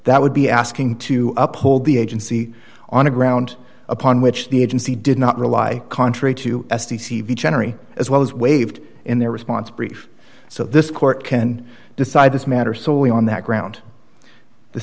that would be asking to uphold the agency on a ground upon which the agency did not rely contrary to s t v generally as well as waived in their response brief so this court can decide this matter solely on that ground the